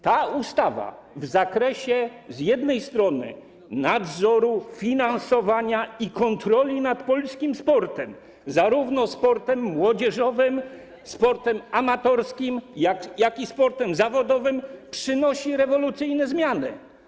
Ta ustawa w zakresie nadzoru finansowania i kontroli nad polskim sportem, zarówno sportem młodzieżowym, sportem amatorskim, jak i sportem zawodowym, przynosi rewolucyjne zmiany.